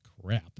crap